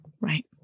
Right